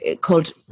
called